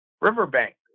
riverbank